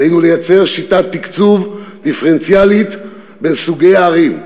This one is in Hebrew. עלינו לייצר שיטת תקצוב דיפרנציאלית בין סוגי הערים,